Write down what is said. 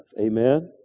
Amen